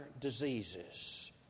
diseases